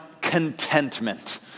contentment